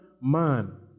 man